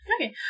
Okay